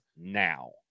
now